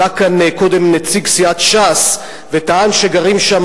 עלה כאן קודם נציג סיעת ש"ס וטען שגרים שם